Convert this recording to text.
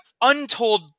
untold